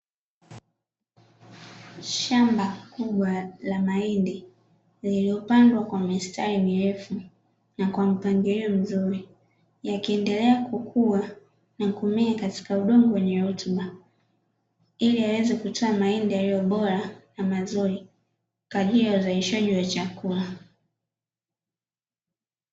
Shamba kubwa la mahindi lililopandwa kwa mistari mirefu na kwa mpangilio mzuri, yakiendelea kukua na kumea katika udongo wenye rutuba ili yaweze kutoa mahindi yaliyo bora na mazuri kwajili ya uzalishaji wa chakula.